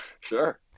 Sure